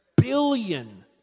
billion